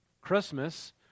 Christmas